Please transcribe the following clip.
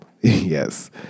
yes